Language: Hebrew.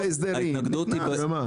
מה אתם רוצים?